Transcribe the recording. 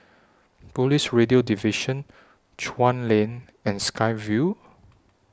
Police Radio Division Chuan Lane and Sky Vue